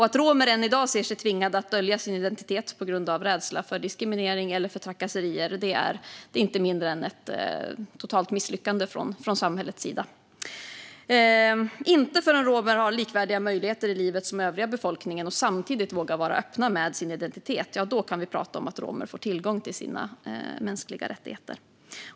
Att romer än i dag ser sig tvingade att dölja sin identitet på grund av rädsla för diskriminering eller för trakasserier är inte mindre än ett totalt misslyckande från samhällets sida. Inte förrän romer och övriga befolkningen har likvärdiga möjligheter i livet och romer samtidigt vågar vara öppna med sin identitet kan vi prata om att romer får tillgång till sina mänskliga rättigheter.